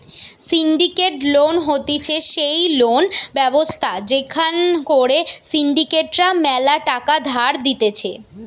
syndicated loan হতিছে সেই loan ব্যবস্থা যেখান করে সিন্ডিকেট রা ম্যালা টাকা ধার দিতেছে